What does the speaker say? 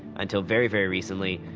until very, very recently,